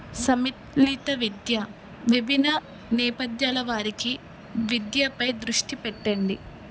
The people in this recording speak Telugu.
సమ్మిళిత విద్య విభిన్న నేపథ్యాల వారికి విద్యపై దృష్టి పెట్టండి